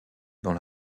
dans